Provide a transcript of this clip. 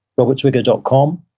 roberttwigger dot com,